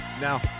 Now